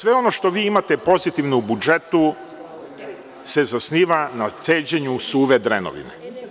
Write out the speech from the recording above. Sve ono što imate pozitivno u budžetu se zasniva na „ceđenju suve drenovine“